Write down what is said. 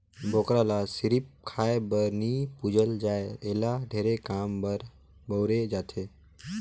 बोकरा ल सिरिफ खाए बर नइ पूजल जाए एला ढेरे काम बर बउरे जाथे